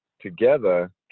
together